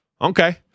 Okay